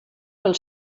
pel